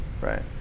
Right